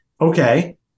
okay